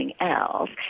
else